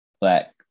Black